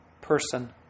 person